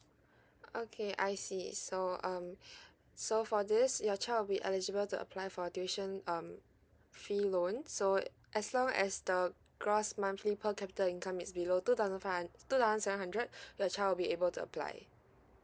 okay I see so um so for this your child will be eligible to apply for tuition um fee loan so as long as the gross monthly per capita income is below two thousand five two thousand seven hundred the child will be able to apply